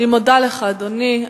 אני מודה לך, אדוני.